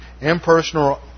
Impersonal